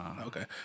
Okay